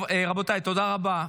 טוב, רבותיי, תודה רבה.